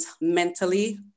mentally